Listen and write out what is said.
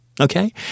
Okay